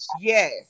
Yes